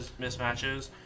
mismatches